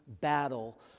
battle